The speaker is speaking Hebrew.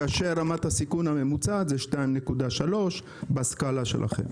כאשר רמת הסיכון הממוצעת היא 2.3 בסקאלה שלכם.